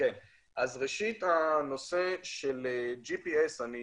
ראשית הנושא של ג'י.פי.אס, אני